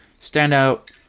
standout